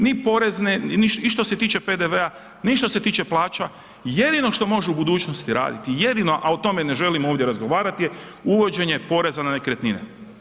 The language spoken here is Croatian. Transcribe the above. Ni porezne, ni što se tiče PDV-a, ni što se tiče plaća, jedino što može u budućnosti raditi, jedino a o tome ne želim ovdje razgovarati je uvođenje poreza na nekretnine.